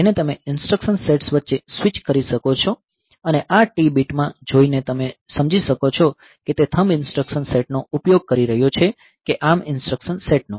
જેને તમે instruction sets વચ્ચે સ્વિચ કરી શકો છો અને આ T બીટમાં જોઈને તમે સમજી શકો છો કે તે થમ્બ ઈન્સ્ટ્રક્શન સેટનો ઉપયોગ કરી રહ્યો છે કે ARM ઈન્સ્ટ્રક્શન સેટનો